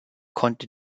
konnte